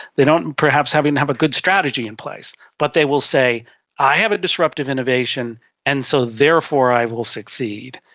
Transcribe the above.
they don't perhaps even have a good strategy in place, but they will say i have a disruptive innovation and so therefore i will succeed.